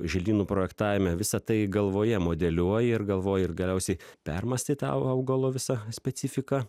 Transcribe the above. želdynų projektavime visa tai galvoje modeliuoji ir galvoji ir galiausiai permąstai tą au augalo visą specifiką